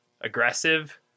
aggressive